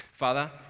Father